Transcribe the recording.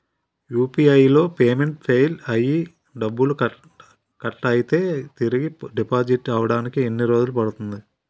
UPI లో payment fail అయ్యి డబ్బులు కట్ అయితే తిరిగి డిపాజిట్ అవ్వడానికి ఎన్ని రోజులు పడుతుంది?